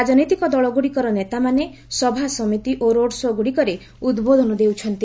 ରାଜନୈତିକ ଦଳଗୁଡ଼ିକର ନେତାମାନେ ସଭାସମିତି ଓ ରୋଡ୍ ଶୋ'ଗୁଡ଼ିକରେ ଉଦ୍ବୋଧନ ଦେଉଛନ୍ତି